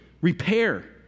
repair